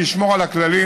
לשמור על הכללים,